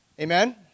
Amen